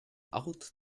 out